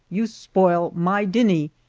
you sploil my dee-nee,